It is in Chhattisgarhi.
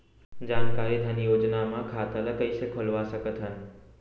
जानकारी धन योजना म खाता ल कइसे खोलवा सकथन?